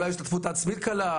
אולי השתתפות עצמית קלה,